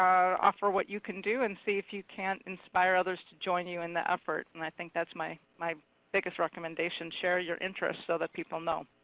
offer what you can do. and see if you can't inspire others to join you in the effort. and i think that's my my biggest recommendation, share your interest so the people know.